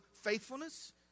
faithfulness